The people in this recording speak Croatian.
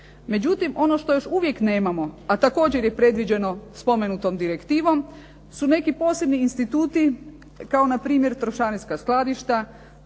Međutim, ono što još uvijek nemamo, a također je predviđeno spomenutom direktivom su neki posebni instituti kao na primjer trošarinska skladišta.